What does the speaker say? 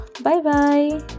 Bye-bye